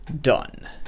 done